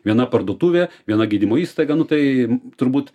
viena parduotuvė viena gydymo įstaiga nu tai turbūt